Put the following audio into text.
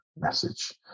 message